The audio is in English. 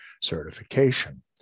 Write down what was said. certification